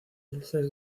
dulces